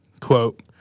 quote